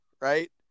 right